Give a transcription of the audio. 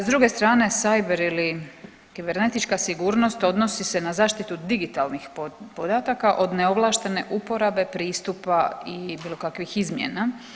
S druge strane cyber ili kibernetička sigurnost odnosi se na zaštitu digitalnih podataka od neovlaštene uporabe pristupa i bilo kakvih izmjena.